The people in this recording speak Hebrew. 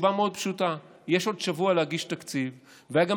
מסיבה פשוטה: יש עוד שבוע להגיש תקציב והיה גם